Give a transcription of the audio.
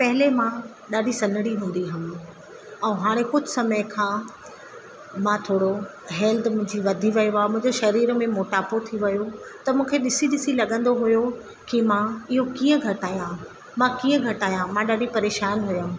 पहिले मां ॾाढी सन्हड़ी हूंदीअमि ऐं हाणे कुझु समय खां मां थोरो हैल्थ मुंहिंजी वधी वियो आहे मुंहिंजे शरीर में मोटापो थी वियो त मूंखे ॾिसी ॾिसी लॻंदो हुयो कि मां इहो कीअं घटायां मां कीअं घटायां मां ॾाढी परेशान हुयमि